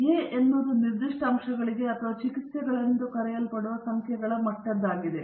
A ಎನ್ನುವುದು ನಿರ್ದಿಷ್ಟ ಅಂಶಗಳಿಗೆ ಅಥವಾ ಚಿಕಿತ್ಸೆಗಳೆಂದು ಕರೆಯಲ್ಪಡುವ ಸಂಖ್ಯೆಗಳ ಮಟ್ಟವಾಗಿದೆ